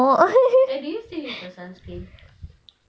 eh did you see where is the sunscreen